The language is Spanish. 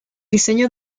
diseño